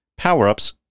PowerUps